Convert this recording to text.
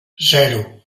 zero